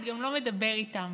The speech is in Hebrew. גם אנחנו האזרחים נבקש את הזכויות